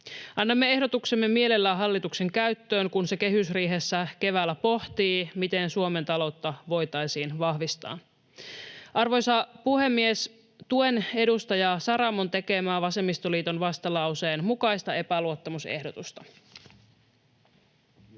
Annamme ehdotuksemme mielellään hallituksen käyttöön, kun se kehysriihessä keväällä pohtii, miten Suomen taloutta voitaisiin vahvistaa. Arvoisa puhemies! Tuen edustaja Saramon tekemään vasemmistoliiton vastalauseen mukaista epäluottamusehdotusta.